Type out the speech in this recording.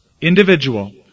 individual